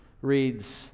reads